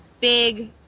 big